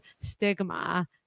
stigma